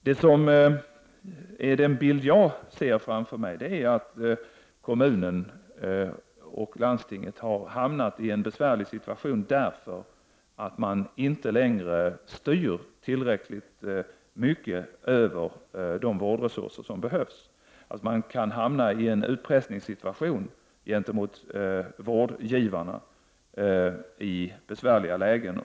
Den bild jag ser framför mig är att kommuner och landsting inte längre styr tillräckligt över de vårdresurser som behövs och att vårdgivarna därför kan hamna i en besvärlig utpressningssituation.